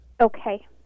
Okay